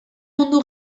mundu